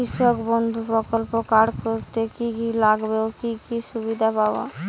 কৃষক বন্ধু প্রকল্প কার্ড করতে কি কি লাগবে ও কি সুবিধা পাব?